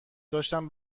داشتم